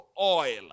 oil